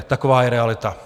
Taková je realita.